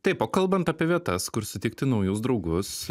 taip o kalbant apie vietas kur sutikti naujus draugus